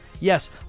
yes